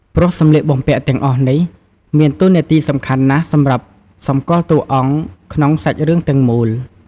ព្រោះសម្លៀកបំពាក់ទាំងអស់នេះ មានតួនាទីសំខាន់ណាស់សម្រាប់សម្គាល់តួរអង្គ ក្នុងសាច់រឿងទាំងមូល ។